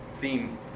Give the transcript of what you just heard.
theme